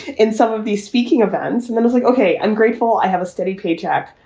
in some of these speaking events. and then it's like, ok, i'm grateful. i have a steady paycheck.